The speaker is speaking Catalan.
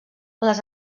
les